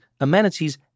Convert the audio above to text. amenities